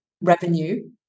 revenue